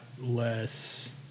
less